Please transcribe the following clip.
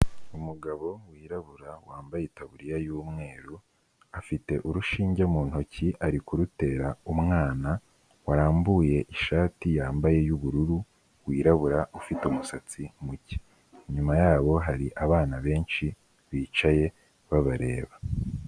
Umugabo wirabura wambaye itaburiya y'umweru, afite urushinge mu ntoki ari kurutera umwana, warambuye ishati yambaye y'ubururu wirabura ufite umusatsi muke, inyuma yabo hari abana benshi bicaye babareba.